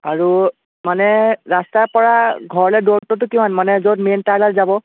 আৰু মানে ৰাস্তাৰ পৰা ঘৰলৈ দূৰত্বটো কিমান মানে য'ত মেইন তাঁৰডাল যাব